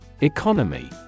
Economy